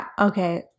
okay